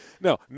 No